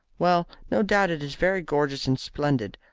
well, no doubt it is very gorgeous and splendid,